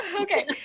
okay